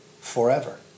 forever